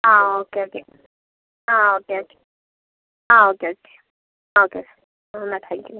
ആ okay okay ആ okay okay ആ ഓക്കെ ഓക്കെ ഓക്കെ എന്നാൽ താങ്ക്യൂ